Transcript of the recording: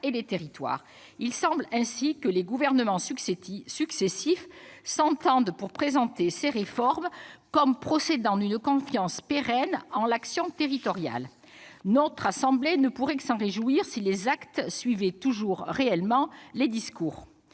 et les territoires. Il semble ainsi que les gouvernements successifs s'entendent pour présenter ces réformes comme procédant d'une confiance pérenne en l'action territoriale. Notre assemblée ne pourrait que s'en réjouir si les actes suivaient toujours réellement ces discours.